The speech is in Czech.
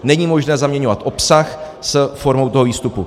Není možné zaměňovat obsah s formou toho výstupu.